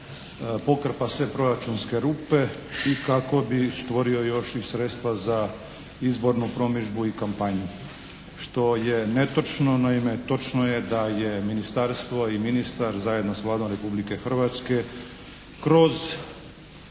pokrpa sve proračunske rupe i kako bi stvorio još i sredstva za izbornu promidžbu i kampanju, što je netočno. Naime, točno je da je ministarstvo i ministar zajedno sa Vladom Republike Hrvatske kroz